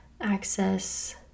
access